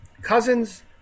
Cousins